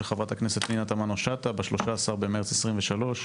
חברת הכנסת פנינה תמנו שטה ב-13 למרץ 2023,